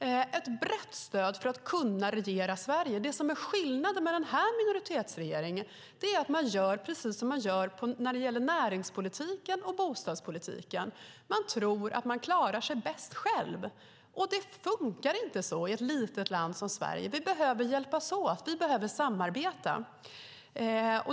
Man söker ett brett stöd för att kunna regera Sverige. Skillnaden med den här minoritetsregeringen är att man gör precis som man gör när det gäller näringspolitiken och bostadspolitiken: Man tror att man klarar sig bäst själv. Det funkar inte så i ett litet land som Sverige. Vi behöver hjälpas åt. Vi behöver samarbeta.